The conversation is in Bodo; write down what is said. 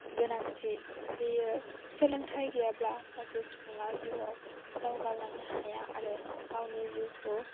गोनांथि बियो सोलोंथाइ गैयाब्ला सासे सुबुंआ जिउआव दावगालांनो हाया आरो गावनि जिउखौ